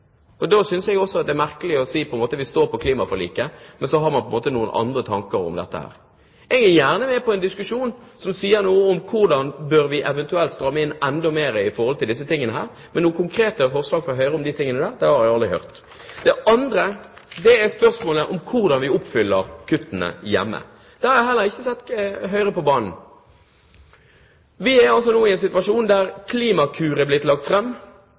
side. Da synes jeg også at det er merkelig å si at man står på klimaforliket, mens man på en måte har noen andre tanker om dette. Jeg er gjerne med på en diskusjon som sier noe om hvordan vi eventuelt bør stramme inn enda mer når det gjelder disse tingene, men noen konkrete forslag fra Høyre om det har jeg aldri hørt. Det andre er spørsmålet om hvordan vi oppfyller kuttene hjemme. Der har jeg heller ikke sett Høyre på banen. Vi er nå i en situasjon der Klimakur er blitt lagt